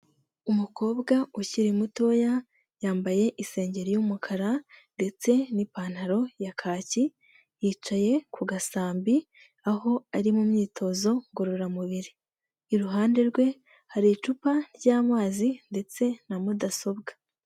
Umukobwa ukiri mutoya yambaye isengeri y'umukara ndetse n'ipantaro ya kaki, yicaye ku gasambi aho ari mu myitozo ngororamubiri, iruhande rwe hari icupa ry'amazi ndetse na mudasobwa.